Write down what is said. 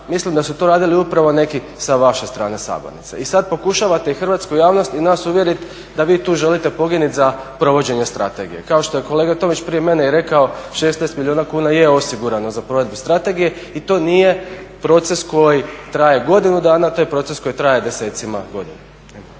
mislim da su to radili upravo neki sa vaše strane sabornice. I sada pokušavate i hrvatsku javnost i nas uvjeriti da vi tu želite … za provođenje strategije. Kao što je to kolega već prije mene i rekao, 16 milijuna kuna je osigurano za provedbu strategije i to nije proces koji traje godinu dana, to je proces koji traje desecima godina.